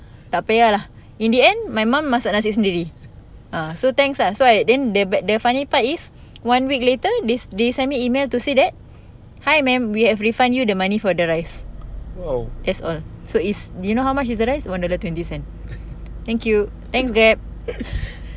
oh